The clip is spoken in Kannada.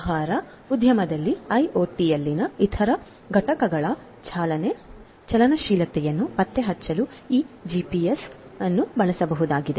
ಆಹಾರ ಉದ್ಯಮದಲ್ಲಿ ಐಒಟಿಯಲ್ಲಿನ ಇತರ ಘಟಕಗಳ ಚಲನೆಯ ಚಲನಶೀಲತೆಯನ್ನು ಪತ್ತೆಹಚ್ಚಲು ಈ ಜಿಪಿಎಸ್ ಅನ್ನು ಬಳಸಬಹುದಾಗಿದೆ